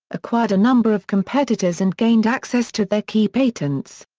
acquired a number of competitors and gained access to their key patents.